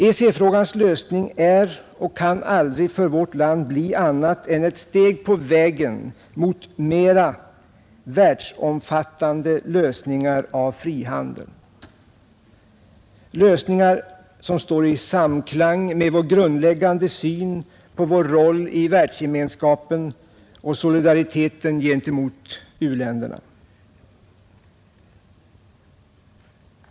EEC-frågans lösning är inte och kan aldrig för vårt land bli annat än ett steg på vägen mot mera världsomfattande lösningar av frihandeln — lösningar som står i samklang med vår grundläggande syn på vår roll i världsgemenskapen och solidariteten gentemot u-länderna.